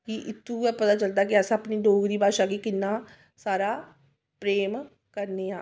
कि इत्थूं गै पता चलदा ऐ कि अस अपनी डोगरी भाशा गी किन्ना सारा प्रेम करने आं